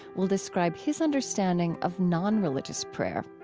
will describe his understanding of nonreligious prayer.